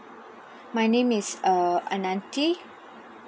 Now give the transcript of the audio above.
my name is err ananthiy